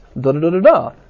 da-da-da-da-da